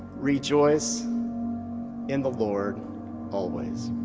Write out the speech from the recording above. rejoice in the lord always.